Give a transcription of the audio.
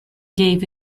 gave